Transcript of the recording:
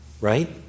Right